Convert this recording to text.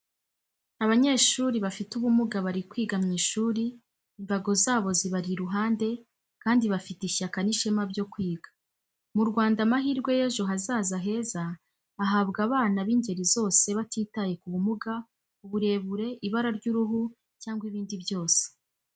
Abanyeshri bafite ubumuga bari kwiga mu ishuri, imbago zabo zibari iruhande kandi bafite ishyaka n'ishema byo kwiga. Mu Rwanda amahirwe y'ejo hazaza heza ahabwa abana b'ingeri zose batitaye ku bumuga, uburebure, ibara ry'uruhu cyangwa ibindi byose.